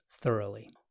thoroughly